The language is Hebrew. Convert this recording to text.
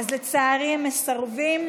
לצערי, הם מסרבים.